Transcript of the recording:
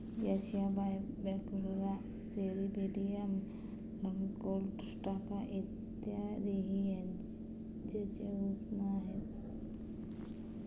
याशिवाय Brachyura, Cirripedia, Malacostraca इत्यादीही त्याच्या उपमा आहेत